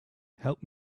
help